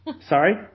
Sorry